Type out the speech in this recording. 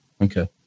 Okay